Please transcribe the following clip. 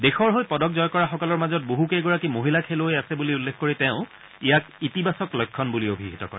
দেশৰ হৈ পদক জয় কৰাসকলৰ মাজত বহুকেইগৰাকী মহিলা খেলুৱৈ আছে বুলি উল্লেখ কৰি তেওঁ ইয়াক ইতিবাচক লক্ষণ বুলি অভিহিত কৰে